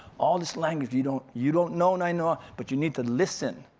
all this language you don't you don't know, nainoa, but you need to listen.